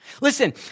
Listen